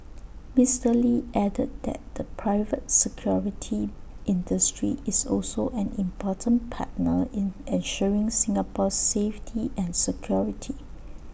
Mister lee added that the private security industry is also an important partner in ensuring Singapore's safety and security